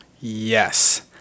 Yes